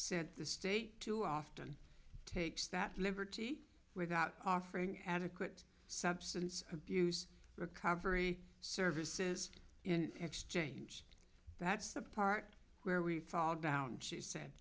said the state too often takes that liberty without offering adequate substance abuse recovery services in exchange that's the part where we fall down she said